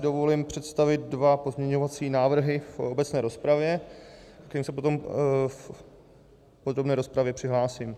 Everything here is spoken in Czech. Dovolím si představit dva pozměňovací návrhy v obecné rozpravě, ke kterým se potom v podrobné rozpravě přihlásím.